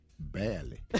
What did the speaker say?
Barely